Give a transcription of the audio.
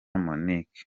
monique